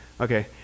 Okay